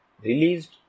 released